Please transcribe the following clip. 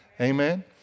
Amen